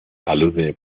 alude